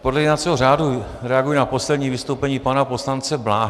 Podle jednacího řádu reaguji na poslední vystoupení pana poslance Bláhy.